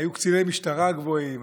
היו קציני משטרה גבוהים,